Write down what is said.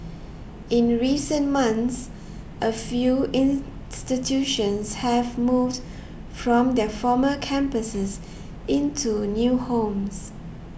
in recent months a few institutions have moved from their former campuses into new homes